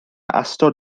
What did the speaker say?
ystod